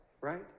right